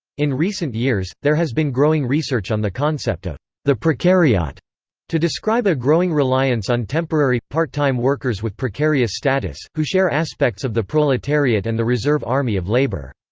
in recent years, there has been growing research on the concept of the precariat to describe a growing reliance on temporary, part-time workers with precarious status, who share aspects of the proletariat and the reserve army of labor.